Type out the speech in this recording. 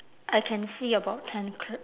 I can see about ten cl~